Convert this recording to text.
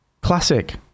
Classic